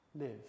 live